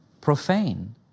profane